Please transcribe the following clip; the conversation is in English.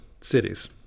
cities